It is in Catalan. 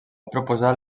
proposar